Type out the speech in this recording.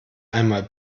einmal